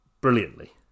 brilliantly